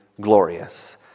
glorious